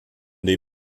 die